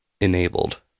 enabled